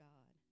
God